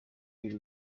biri